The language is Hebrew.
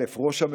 ראשית,